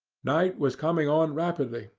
night was coming on rapidly,